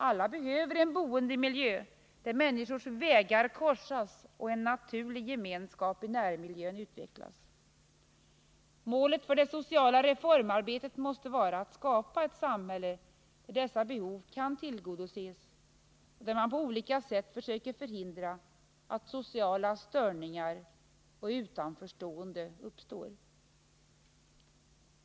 Alla behöver en boendemiljö där människors vägar korsas och en naturlig gemenskap i närmiljön utvecklas. Målet för det sociala reformarbetet måste vara att skapa ett samhälle där dessa behov kan tillgodoses och där man på olika sätt försöker förhindra att sociala störningar och utanförstående uppkommer.